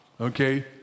Okay